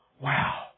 Wow